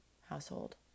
household